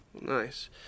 Nice